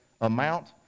amount